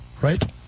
right